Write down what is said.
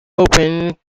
opened